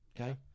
Okay